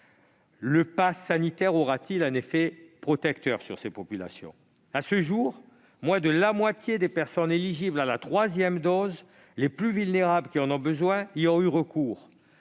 Le passe sanitaire aura-t-il un effet protecteur sur ces populations ? À ce jour, moins de la moitié des personnes éligibles à la troisième dose, c'est-à-dire les plus vulnérables, celles qui en ont particulièrement besoin, y ont eu recours.